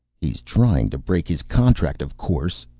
he is trying to break his contract, of course,